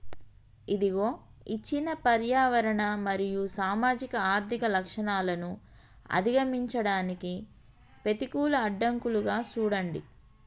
ఇదిగో ఇచ్చిన పర్యావరణ మరియు సామాజిక ఆర్థిక లచ్చణాలను అధిగమించడానికి పెతికూల అడ్డంకులుగా సూడండి